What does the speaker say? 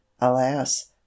alas